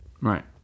right